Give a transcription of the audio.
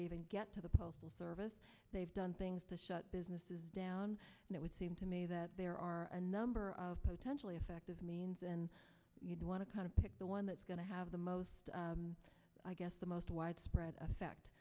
they even get to the postal service they've done things to shut businesses down and it would seem to me that there are a number of potentially effective means and you don't want to kind of pick the one that's going to have the most i guess the most widespread effect